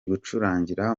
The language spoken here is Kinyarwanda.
gucurangira